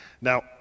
Now